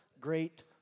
great